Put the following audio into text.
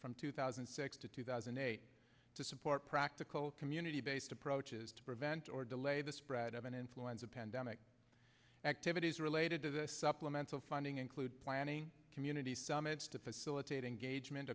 from two thousand and six to two thousand and eight to support practical community based approaches to prevent or delay the spread of an influenza pandemic activities related to the supplemental funding include planning community summits to facilitate engagement